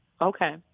Okay